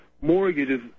mortgages